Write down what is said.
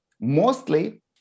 mostly